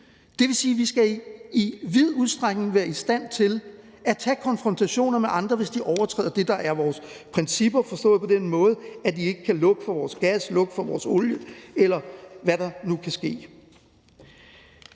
Det vil sige, at vi i vid udstrækning skal være i stand til at tage konfrontationer med andre, hvis de overtræder det, der er vores principper, forstået på den måde, at de ikke kan lukke for vores gas, lukke for vores olie, eller hvad der nu kan ske.